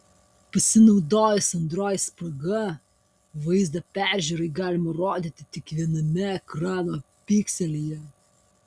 pasinaudojus android spraga vaizdą peržiūrai galima rodyti tik viename ekrano pikselyje